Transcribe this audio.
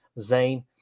Zane